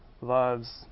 loves